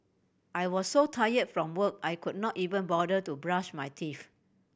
I was so tire from work I could not even bother to brush my teeth